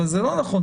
אבל זה לא נכון.